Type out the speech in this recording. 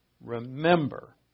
remember